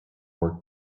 worked